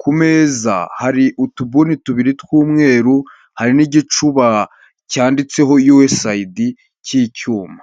ku meza hari utubuni tubiri tw'umweru, hari n'igicuba cyanditseho USAID cy'icyuma.